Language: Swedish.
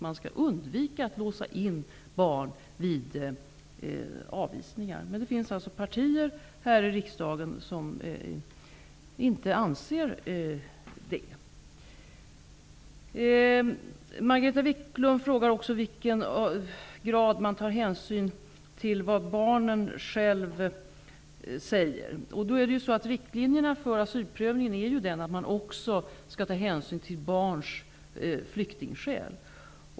Man skall undvika att låsa in barn vid avvisningar, men det finns alltså partier här i riksdagen som inte anser det. Margareta Viklund frågar också i vilken grad man tar hänsyn till vad barnen själva säger. Riktlinjerna för asylprövningen är att man också skall ta hänsyn till barns flyktingskäl.